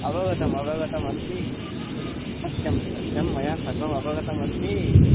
अवगतम् अवगतमस्ति सत्यं सत्यं मया सर्वम् अवगतमस्ति